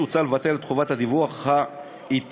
הוצע לבטל את חובת הדיווח העתית